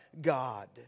God